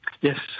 Yes